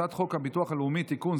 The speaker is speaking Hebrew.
הצעת חוק הביטוח הלאומי (תיקון,